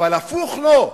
אבל הפוך לא.